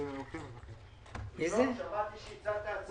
הזכיר חבר הכנסת אוסאמה סעדי שהוא רוצה שזה יחול על פוליסות קיימות.